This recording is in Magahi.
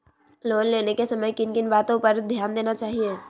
लोन लेने के समय किन किन वातो पर ध्यान देना चाहिए?